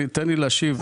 אני תן לי להשיב.